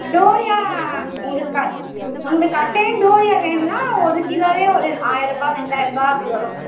டோரியா உங்களுக்கு க உங்களுக்கு கட்டாயம் டோரியா வேணுன்னால் ஒரு கிலோவே ஒரு ஆயிரம் ரூபாய் ரெண்டாயிரம் ரூபாய் அப்படி வரும்